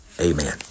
Amen